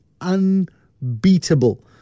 unbeatable